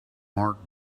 mark